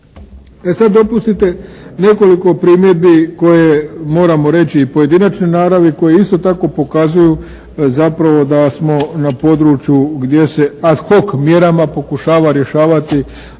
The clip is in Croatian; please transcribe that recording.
sad dopustite nekoliko primjedbi koje moramo reći i pojedinačne naravi koje isto tako pokazuju zapravo da smo na području gdje se ad hoc mjerama pokušava rješavati